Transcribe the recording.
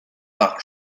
par